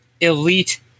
Elite